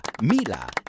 Mila